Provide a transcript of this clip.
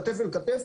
כתף אל כתף,